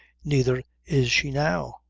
neither is she now.